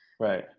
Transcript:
Right